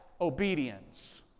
obedience